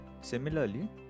Similarly